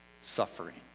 suffering